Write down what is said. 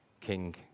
king